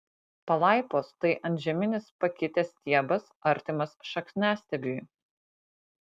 palaipos tai antžeminis pakitęs stiebas artimas šakniastiebiui